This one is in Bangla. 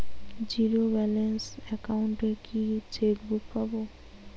জীরো ব্যালেন্স অ্যাকাউন্ট এ কি চেকবুক পাব?